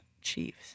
Chiefs